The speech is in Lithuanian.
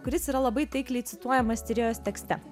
kuris yra labai taikliai cituojamas tyrėjos tekste